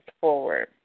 forward